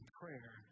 prayer